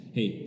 Hey